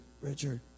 Richard